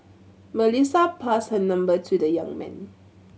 Melissa passed her number to the young man